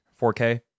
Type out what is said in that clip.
4K